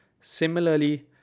Similarly